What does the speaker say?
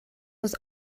was